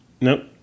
Nope